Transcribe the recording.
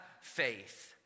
faith